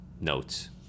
notes